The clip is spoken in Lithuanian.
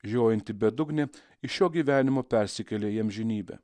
žiojinti bedugnė iš šio gyvenimo persikelia į amžinybę